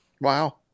Wow